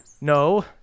no